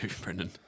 Brendan